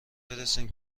برسیم